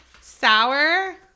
Sour